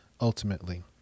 ultimately